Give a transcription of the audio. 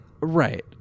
Right